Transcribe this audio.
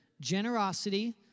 generosity